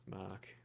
mark